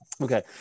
Okay